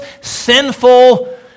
sinful